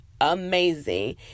amazing